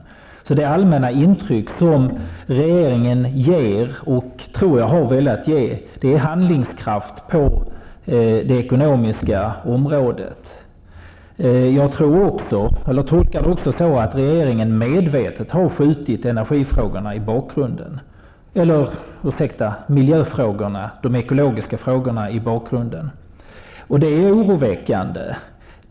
Jag tror att det allmänna intryck som regeringen har velat ge är handlingskraft på det ekonomiska området. Jag tolkar det också så att regeringen medvetet har skjutit miljöfrågorna, de ekologiska frågorna, i bakgrunden. Det är oroväckande.